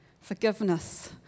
forgiveness